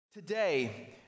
Today